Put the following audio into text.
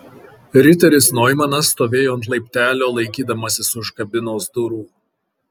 riteris noimanas stovėjo ant laiptelio laikydamasis už kabinos durų